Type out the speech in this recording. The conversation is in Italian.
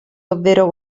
ovvero